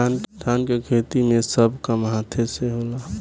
धान के खेती मे सब काम हाथे से होला